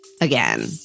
again